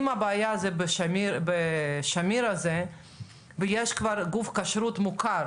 אם הבעיה זה בשמיר הזה ויש כבר גוף כשרות מוכר,